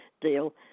deal